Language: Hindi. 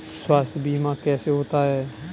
स्वास्थ्य बीमा कैसे होता है?